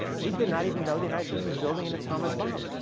he did not even know the united states was building an atomic bomb.